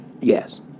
Yes